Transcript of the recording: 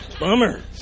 Bummer